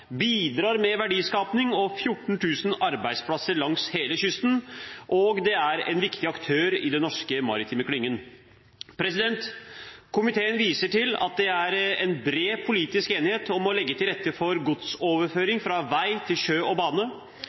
bidrar med verdiskaping og 14 000 arbeidsplasser langs hele kysten, og den er en viktig aktør i den norske maritime klyngen. Komiteen viser til at det er bred politisk enighet om å legge til rette for godsoverføring fra vei til sjø og bane.